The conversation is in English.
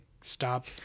stop